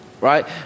right